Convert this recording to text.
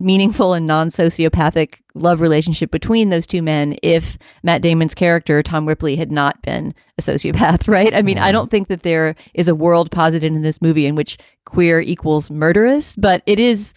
meaningful and non sociopathic love relationship between those two men. if matt damon's character, tom ripley, had not been a sociopath. right. i mean, i don't think that there is a world positive in this movie in which queer equals murderous. but it is.